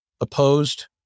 opposed